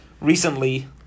recently